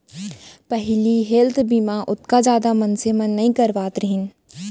पहिली हेल्थ बीमा ओतका जादा मनसे मन नइ करवात रहिन